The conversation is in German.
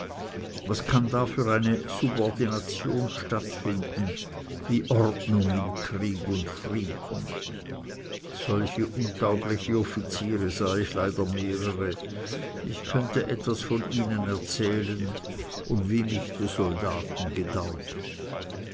was kann da für eine subordination statt finden wie ordnung in krieg und frieden solche untaugliche offiziere sah ich leider mehrere ich könnte etwas von ihnen erzählen und wie mich die soldaten gedauert